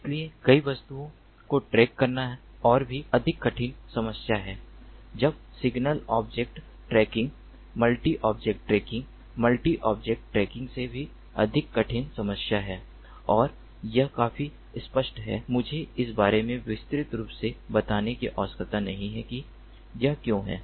इसलिए कई वस्तुओं को ट्रैक करना और भी अधिक कठिन समस्या है तब single object tracking multi object tracking multi objective tracking से भी अधिक कठिन समस्या है और यह काफी स्पष्ट है मुझे इस बारे में विस्तृत रूप से बताने की आवश्यकता नहीं है कि यह क्यों है